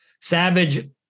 Savage